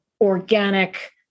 organic